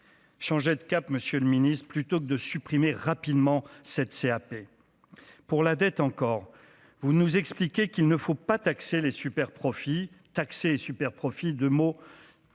changer de cap, Monsieur le Ministre, plutôt que de supprimer rapidement cette C A P pour la dette encore vous nous expliquez qu'il ne faut pas taxer les superprofits taxer les superprofits de mots